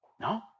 No